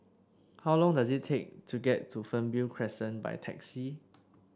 how long does it take to get to Fernvale Crescent by taxi